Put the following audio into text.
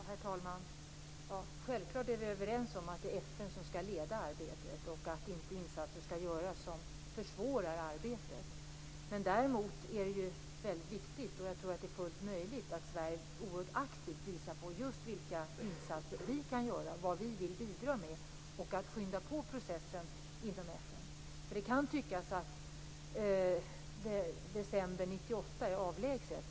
Herr talman! Självklart är vi överens om att det är FN som skall leda arbetet och att insatser som försvårar arbetet inte skall göras. Men däremot är det väldigt viktigt, och jag tror att det är fullt möjligt, att Sverige oerhört aktivt visar på just vilka insatser vi kan göra och vad vi vill bidra med för att skynda på processen inom FN. Det kan tyckas att december 1998 är avlägset.